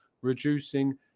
reducing